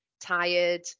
tired